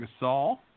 Gasol